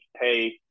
hey